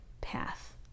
path